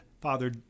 Father